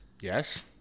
Yes